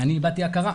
אני איבדתי הכרה.